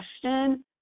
question